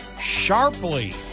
sharply